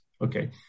okay